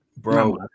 Bro